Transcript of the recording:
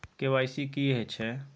KYC की हय छै?